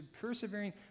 persevering